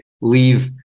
leave